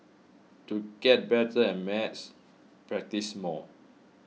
to get better at maths practise more